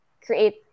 create